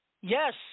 yes